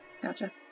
Gotcha